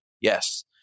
Yes